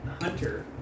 Hunter